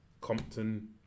Compton